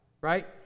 right